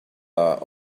are